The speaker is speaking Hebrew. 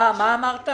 מה אמרת?